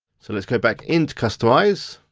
so let's go back into customise.